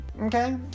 okay